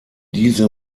diese